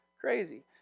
crazy